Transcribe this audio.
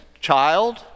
child